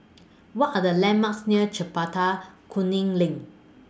What Are The landmarks near Chempaka Kuning LINK